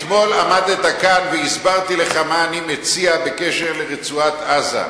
אתמול עמדת כאן והסברתי לך מה אני מציע בקשר לרצועת-עזה.